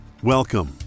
Welcome